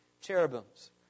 cherubim's